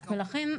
לכן,